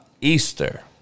Easter